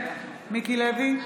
נגד מיקי לוי,